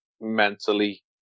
mentally